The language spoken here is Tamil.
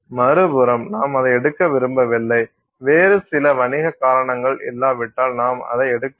மறுபுறம் நாம் அதை எடுக்க விரும்பவில்லை வேறு சில வணிக காரணங்கள் இல்லாவிட்டால் நாம் அதை எடுக்க வேண்டும்